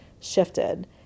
shifted